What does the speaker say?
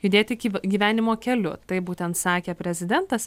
judėti iki gyvenimo keliu taip būtent sakė prezidentas